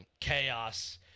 chaos